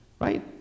right